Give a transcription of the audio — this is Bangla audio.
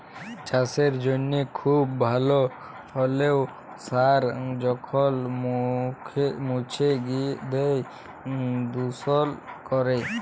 চাসের জনহে খুব ভাল হ্যলেও সার যখল মুছে গিয় দুষল ক্যরে